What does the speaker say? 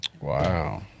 wow